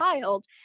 child